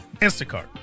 Instacart